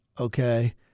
okay